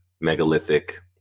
megalithic